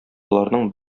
боларның